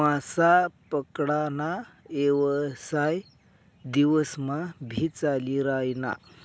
मासा पकडा ना येवसाय दिवस मा भी चाली रायना